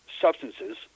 substances